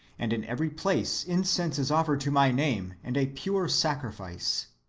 and in every place incense is offered to my name, and a pure sacrifice.